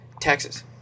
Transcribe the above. Texas